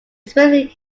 specific